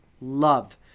love